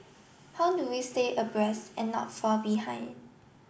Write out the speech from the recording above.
how do we stay abreast and not fall behind